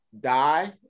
die